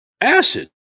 acid